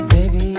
Baby